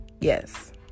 yes